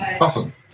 Awesome